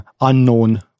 unknown